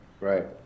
right